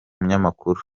munyamakuru